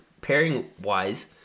pairing-wise